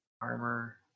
Armor